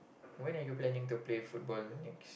when are you planning to play football next